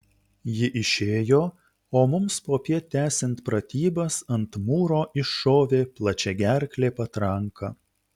ji išėjo o mums popiet tęsiant pratybas ant mūro iššovė plačiagerklė patranka